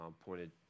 pointed